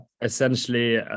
essentially